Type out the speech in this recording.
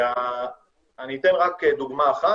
אני אתן דוגמה אחת,